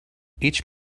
each